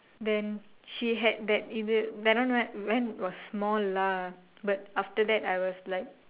then she had that இது:ithu then one what when was small lah but after that I was like